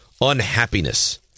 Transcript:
unhappiness